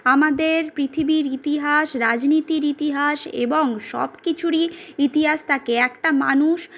আমাদের পৃথিবীর ইতিহাস রাজনীতির ইতিহাস এবং সবকিছুরই ইতিহাস থাকে একটা মানুষ